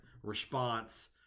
response